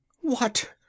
What